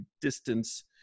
distance